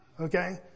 okay